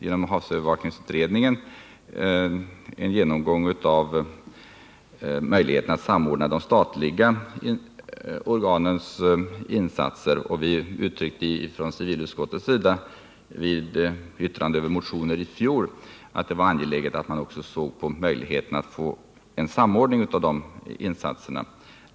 Inom havsövervakningsutredningen pågår en genomgång av möjligheterna att samordna de statliga organens insatser. Från civilutskottets sida uttalade vi i fjol med anledning av några motioner att det var angeläget att studera möjligheterna att få till stånd en samordning av insatserna.